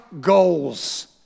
goals